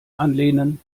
anlehnen